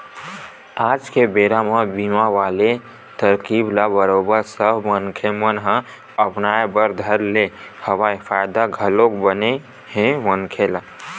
आज के बेरा म बीमा वाले तरकीब ल बरोबर सब मनखे मन ह अपनाय बर धर ले हवय फायदा घलोक बने हे मनखे ल